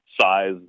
size